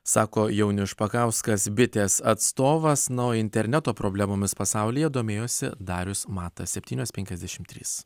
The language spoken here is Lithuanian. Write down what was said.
sako jaunius špakauskas bitės atstovas na o interneto problemomis pasaulyje domėjosi darius matas septynios penkiasdešimt trys